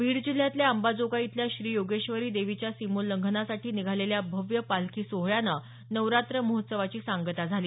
बीड जिल्ह्यातल्या अंबाजोगाई इथल्या श्री योगेश्वरी देवीच्या सिमोल्लंघनासाठी निघालेल्या भव्य पालखी सोहळ्यानं नवरात्र महोत्सवाची सांगता झाली